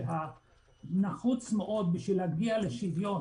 שנחוץ מאוד להגיע לשוויון.